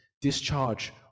discharge